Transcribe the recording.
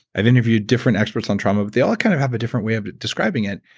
i've interviewed different experts on trauma, but they all kind of have a different way of describing it.